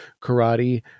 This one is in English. karate